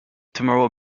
tomorrow